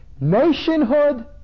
nationhood